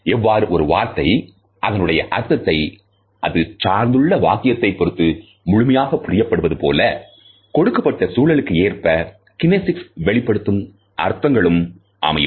எவ்வாறு ஒரு வார்த்தை அதனுடைய அர்த்தத்தை அது சார்ந்துள்ள வாக்கியத்தை பொருத்து முழுமையாக புரியப்படுவது போல கொடுக்கப்பட்ட சூழலுக்கு ஏற்ப கினேசிக்ஸ் வெளிப்படுத்தும் அர்த்தங்களும் அமையும்